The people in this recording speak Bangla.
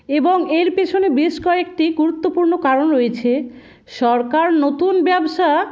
এবং এর পেছনে বেশ কয়েকটি গুরুত্বপূর্ণ কারণ রয়েছে সরকার নতুন ব্যবসা